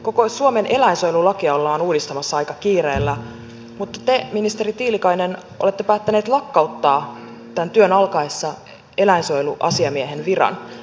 koko suomen eläinsuojelulakia ollaan uudistamassa aika kiireellä mutta te ministeri tiilikainen olette päättänyt lakkauttaa tämän työn alkaessa eläinsuojeluasiamiehen viran